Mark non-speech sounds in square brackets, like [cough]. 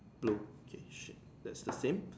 blue okay shit that's the same [noise]